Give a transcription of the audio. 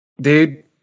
Dude